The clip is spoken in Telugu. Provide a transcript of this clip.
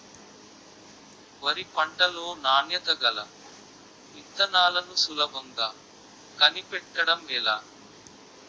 వరి పంట లో నాణ్యత గల విత్తనాలను సులభంగా కనిపెట్టడం ఎలా?